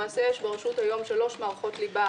למעשה יש ברשות היום שלוש מערכות ליבה